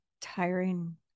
tiring